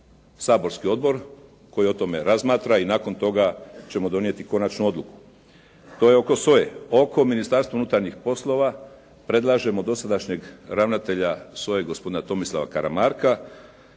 saborski odbor koji o tome razmatra i nakon toga ćemo donijeti konačnu odluku. To je oko SOA-e. Oko Ministarstva unutarnjih poslova predlažemo dosadašnjeg ravnatelja SOA-e, gospodina Tomislava Karamarka